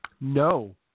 No